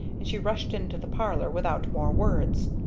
and she rushed into the parlor without more words.